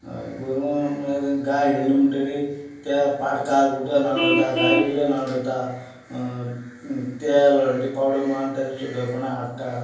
हय गोरवां म्हणल्यार गाय वियेली म्हणटकच त्या पाडकाक उदक न्हांवयता गायेक उदक न्हांवयता तेल हळदी पावडर मारून ताका